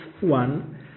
one